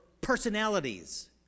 personalities